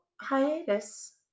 hiatus